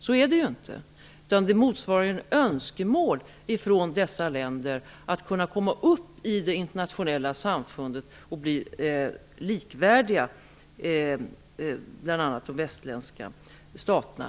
Så är det inte, utan det motsvarar ett önskemål från dessa länder att tas upp i det internationella samfundet och bli likvärdiga med bl.a. de västerländska staterna.